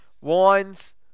Wines